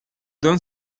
don